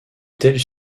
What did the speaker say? tels